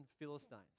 Philistines